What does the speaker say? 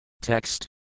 Text